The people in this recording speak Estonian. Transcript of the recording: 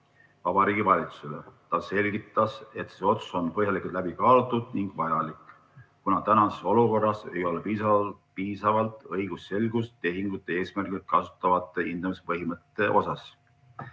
Vabariigi Valitsusele. Ta selgitas, et see otsus on põhjalikult läbi kaalutud ning vajalik, kuna tänases olukorras ei ole piisavat õigusselgust tehingute eesmärgil kasutatavate hindamispõhimõtete osas.